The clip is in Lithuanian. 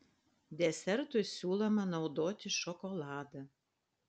desertui siūloma naudoti šokoladą